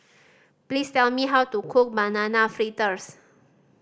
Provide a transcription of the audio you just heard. please tell me how to cook Banana Fritters